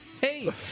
Hey